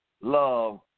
love